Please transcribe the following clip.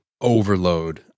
overload